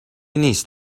نیست